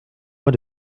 mois